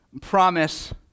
promise